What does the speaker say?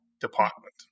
department